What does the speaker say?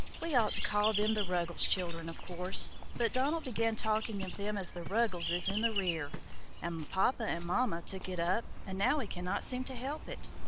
we ought to call them the ruggles children, of course but donald began talking of them as the ruggleses in the rear and papa and mama took it up, and now we cannot seem to help it.